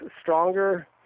stronger